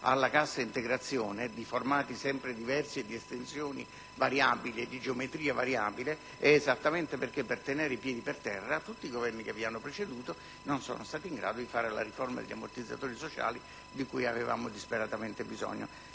alla cassa integrazione, di formati sempre diversi ed a geometria variabile, è esattamente perché, per tenere i piedi per terra, tutti i Governi che vi hanno preceduto non sono stati in grado di fare la riforma degli ammortizzatori sociali di cui avevamo disperatamente bisogno.